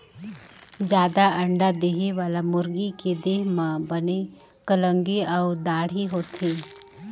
जादा अंडा देहे वाला मुरगी के देह म बने कलंगी अउ दाड़ी होथे